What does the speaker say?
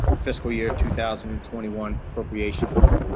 fiscal year two thousand and twenty one appropriation limit.